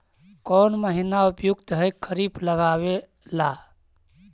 कौन महीना उपयुकत है खरिफ लगावे ला?